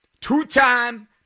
two-time